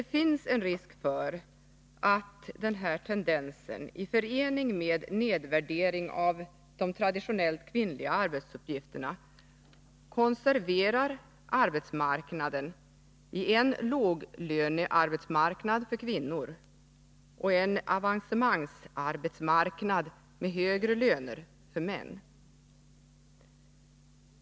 Det finns en risk för att denna tendens i förening med nedvärderingen av de traditionellt kvinnliga arbetsuppgifterna konserverar arbetsmarknaden i en låglönearbetsmarknad för kvinnor, och en avancemangsarbetsmarknad med högre löner för män.